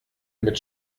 mit